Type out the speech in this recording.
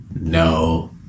No